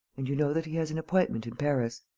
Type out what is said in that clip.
and you know that he has an appointment in paris?